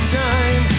time